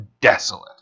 desolate